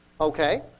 Okay